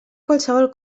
qualsevol